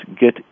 get